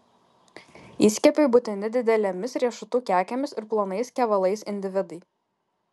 įskiepiui būtini didelėmis riešutų kekėmis ir plonais kevalais individai